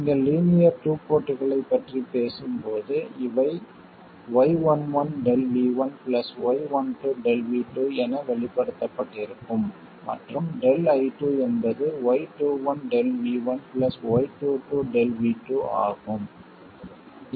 நீங்கள் linear two போர்ட்களைப் பற்றி பேசும்போது இவை y11Δ V1 y12 ΔV2 என வெளிப்படுத்தப்பட்டிருக்கும் மற்றும் ΔI2 என்பது y21ΔV1 y22 ΔV2 ஆகும்